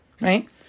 right